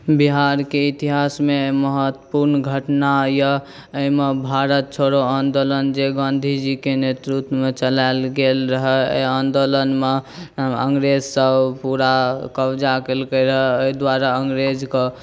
बिहारके इतिहासमे महत्वपूर्ण घटना अइ एहिमे भारत छोड़ो आन्दोलन जे गाँधीजीके नेतृत्वमे चलाएल गेल रहै एहि आन्दोलनमे अङ्गरेजसब पूरा कब्जा केलकै रहै एहि दुआरे अङ्गरेजके